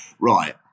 right